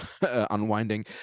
unwinding